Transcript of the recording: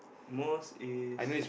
most is